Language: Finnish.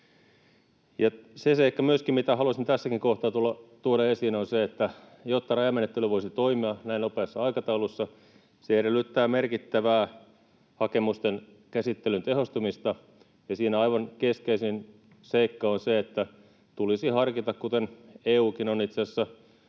seikka, mitä haluaisin tässäkin kohtaa tuoda esiin, on se, että jotta rajamenettely voisi toimia näin nopeassa aikataulussa, se edellyttää merkittävää hakemusten käsittelyn tehostamista, ja siinä aivan keskeisin seikka on se, että tulisi harkita, kuten EU:kin on itse asiassa